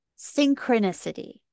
synchronicity